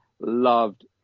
loved